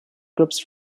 groups